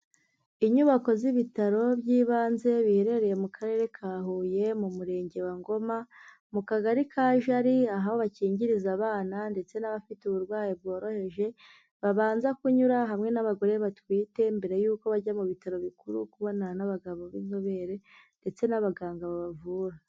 Inyubako z'ibitaro by'ibanze biherereye mu karere ka Huye, mu murenge wa Ngoma, mu kagari ka Jali, aho bakingiriza abana ndetse n'abafite uburwayi bworoheje babanza kunyura, hamwe n'abagore batwite mbere yuko bajya mu bitaro bikuru kubonana n'abagabo b'inzobere, ndetse n'abaganga babavura.